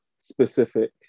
specific